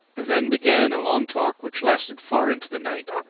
and then began a long talk which lasted far into the night.